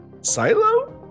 silo